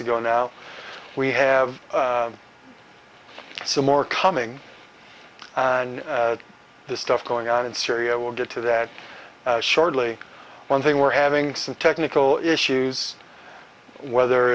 ago now we have so more coming and the stuff going on in syria we'll get to that shortly one thing we're having some technical issues whether